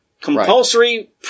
compulsory